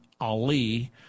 Ali